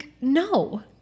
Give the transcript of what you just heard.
no